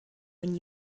when